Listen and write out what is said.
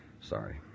Sorry